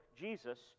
Jesus